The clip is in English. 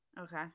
Okay